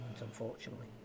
unfortunately